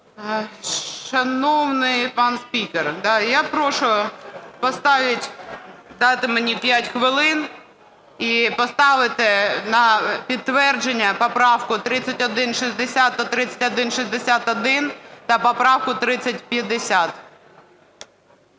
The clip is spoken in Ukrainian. Шановний пан спікер, я прошу поставити, дати мені 5 хвилин і поставити на підтвердження поправку 3160 та 3161, та поправку 3050.